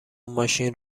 ماشین